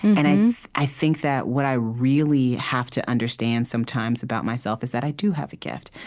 and and i think that what i really have to understand, sometimes, about myself, is that i do have a gift.